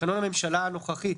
בתקנון הממשלה הנוכחי,